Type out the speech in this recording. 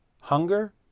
Hunger